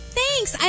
Thanks